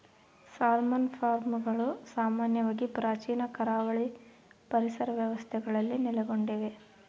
salmon ಫಾರ್ಮ್ಗಳು ಸಾಮಾನ್ಯವಾಗಿ ಪ್ರಾಚೀನ ಕರಾವಳಿ ಪರಿಸರ ವ್ಯವಸ್ಥೆಗಳಲ್ಲಿ ನೆಲೆಗೊಂಡಿವೆ